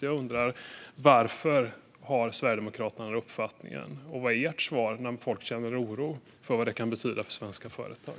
Jag undrar: Varför har Sverigedemokraterna den uppfattningen, och vad är ert svar när folk känner oro för vad det kan betyda för svenska företag?